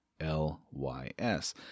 L-Y-S